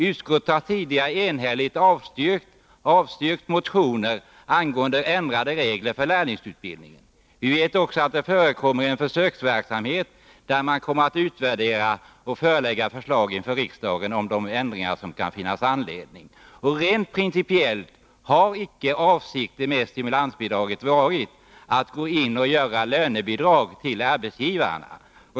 Utskottet har tidigare enhälligt avstyrkt motioner angående ändrade regler för lärlingsutbildningen. Vi vet också att det pågår en försöksverksamhet. Den skall utvärderas, och förslag om de ändringar som det kan finnas anledning att göra kommer att läggas fram för riksdagen. Rent principiellt har avsikten med stimulansbidraget icke varit att det skulle utgå som lönebidrag till arbetsgivarna.